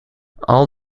all